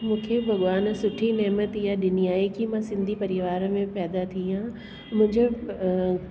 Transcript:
मूंखे भॻवानु सुठी निहमियत हीअ ॾिनी आहे की मां सिंधी परिवार में पैदा थी आहियां मुंहिंजो अ